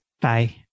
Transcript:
Bye